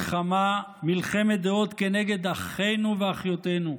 מלחמת דעות כנגד אחינו ואחיותינו,